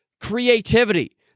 creativity